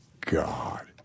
God